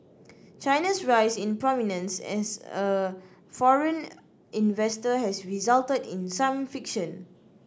China's rise in prominence as a foreign investor has resulted in some friction